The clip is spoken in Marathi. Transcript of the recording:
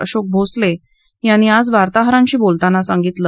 अशोक भोसले यांनी आज पुण्यात वार्ताहरांशी बोलतांना सांगितलं